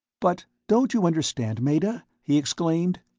but don't you understand, meta? he exclaimed,